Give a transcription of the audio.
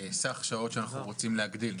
סך השעות שאנחנו רוצים להגדיל.